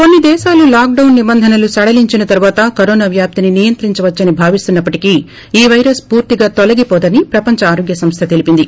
కొన్ని దేశాలు lockdown నిబంధనలు సడలించిన తరువాత కరోనా వ్యాప్తిని నియంత్రించవచ్చని భావిస్తున్న ప్పటికీ ఈ వైరస్ పూర్తిగా తొలగివోదని ప్రపంచ ఆరోగ్య సంస్థ తెలిపింది